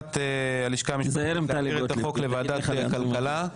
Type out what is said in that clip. המלצת הלשכה המשפטית להעביר את החוק לוועדת הכלכלה.